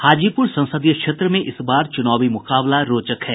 हाजीपुर संसदीय क्षेत्र में इस बार चुनावी मुकाबला रोचक है